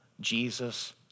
Jesus